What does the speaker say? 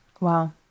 Wow